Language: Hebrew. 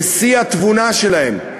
בשיא התבונה שלהם,